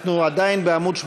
בעד, 49,